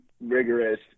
rigorous